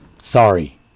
sorry